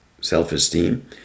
self-esteem